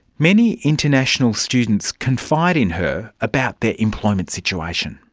many international students confide in her about their employment situation.